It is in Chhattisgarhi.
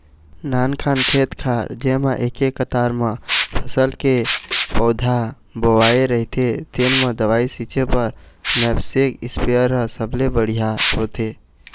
नाननान खेत खार जेमा एके कतार म फसल के पउधा बोवाए रहिथे तेन म दवई छिंचे बर नैपसेक इस्पेयर ह सबले बड़िहा होथे